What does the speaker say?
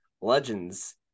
Legends